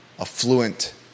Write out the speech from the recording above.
affluent